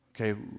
Okay